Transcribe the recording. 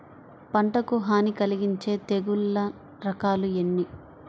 పంటకు హాని కలిగించే తెగుళ్ల రకాలు ఎన్ని?